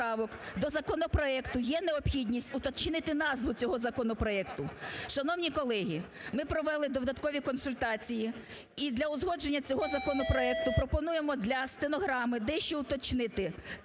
до законопроекту є необхідність уточнити назву цього законопроекту. Шановні колеги, ми провели додаткові консультації, і для узгодження цього законопроекту пропонуємо для стенограми дещо уточнити